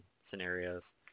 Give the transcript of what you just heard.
scenarios